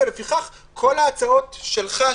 ולפיכך כל ההצעות שלך,